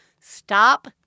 stop